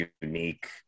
unique